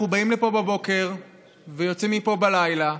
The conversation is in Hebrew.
אנחנו באים לפה בבוקר ויוצאים מפה בלילה,